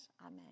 amen